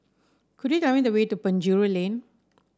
could you tell me the way to Penjuru Lane